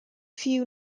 few